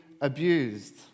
abused